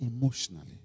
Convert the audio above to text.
emotionally